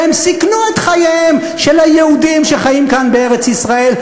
והם סיכנו את חייהם של היהודים שחיו כאן בארץ-ישראל,